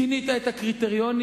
שינית את הקריטריונים?